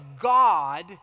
God